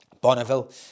Bonneville